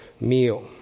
meal